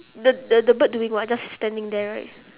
the the the bird doing what just standing there right